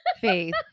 Faith